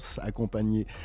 accompagné